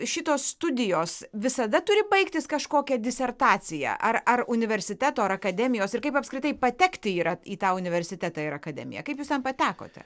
šitos studijos visada turi baigtis kažkokia disertacija ar ar universiteto ar akademijos ir kaip apskritai patekti yra į tą universitetą ir akademiją kaip jūs ten patekote